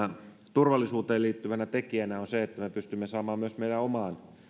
turvallisuuteen liittyvänä tekijänä on se että me pystymme saamaan myös meidän omaan